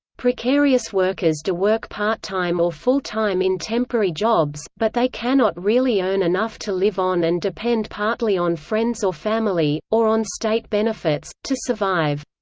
precarious workers do work part-time or full-time in temporary jobs, but they cannot really earn enough to live on and depend partly on friends or family, or on state benefits, to survive.